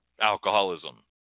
Alcoholism